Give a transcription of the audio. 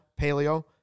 paleo